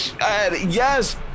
yes